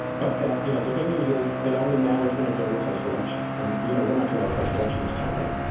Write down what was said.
but you know, the good news is it only matters in a very close election. and, you know, we're not going have a close election this time. right